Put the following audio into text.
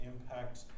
impact